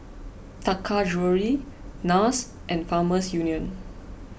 Taka Jewelry Nars and Farmers Union